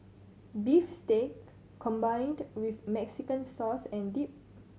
beef steak combined with Mexican sauce and dip